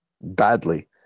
badly